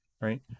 right